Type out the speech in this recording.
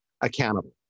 accountable